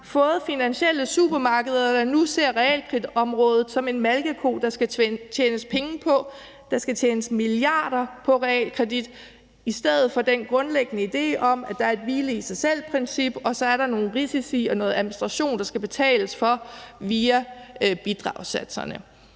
fået finansielle supermarkeder, der nu ser realkreditområdet som en malkeko, der skal tjenes milliarder på, i stedet for den grundlæggende idé om, at der er et hvile i sig selv-princip, og så er der nogle risici og noget administration, der skal betales for via bidragssatserne.